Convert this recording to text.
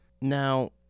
Now